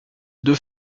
deux